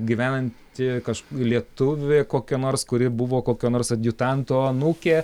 gyvenantį kaž lietuvį kokio nors kuri buvo kokio nors adjutanto anūkė